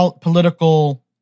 political